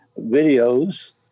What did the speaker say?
videos